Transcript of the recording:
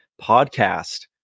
podcast